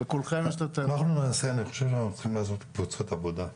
חושב שאנחנו צריכים לעשות קבוצות עבודה שלנו,